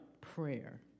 prayer